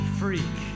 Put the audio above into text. freak